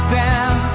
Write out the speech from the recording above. down